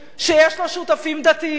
שיש לו שותפים דתיים,